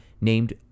named